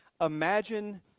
Imagine